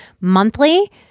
monthly